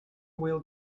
wheel